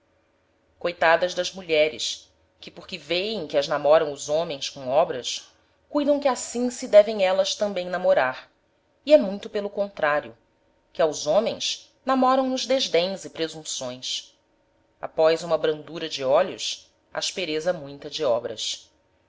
coitadas das mulheres que porque vêem que as namoram os homens com obras cuidam que assim se devem élas tambem namorar e é muito pelo contrario que aos homens namoram nos desdens e presunções após uma brandura de olhos aspereza muita de obras